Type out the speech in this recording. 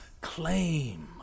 claim